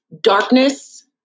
darkness